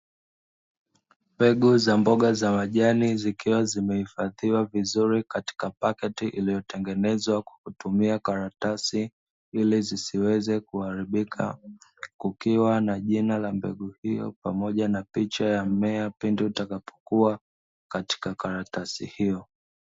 Mbegu za mboga za majani, zikiwa zimehifadhiwa vizuri katika pakoti; iliyotengenezwa kwa kutumia karatasi, ili zisiweze kuharibika. Kukiwa na jina la mbegu hiyo pamoja na picha ya mmea pindi utakapokuwa, katika karatasi hiyo.